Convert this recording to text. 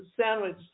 sandwich